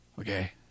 Okay